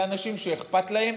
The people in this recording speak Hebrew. אלה אנשים שאכפת להם